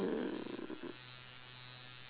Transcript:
mm